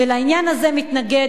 ולעניין הזה האוצר מתנגד.